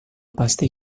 pasti